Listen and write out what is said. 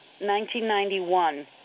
1991